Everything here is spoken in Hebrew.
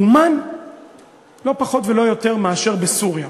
אומן לא פחות ולא יותר, בסוריה.